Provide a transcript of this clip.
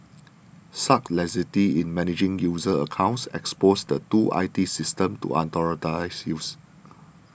such laxity in managing user accounts exposes the two I T systems to unauthorised used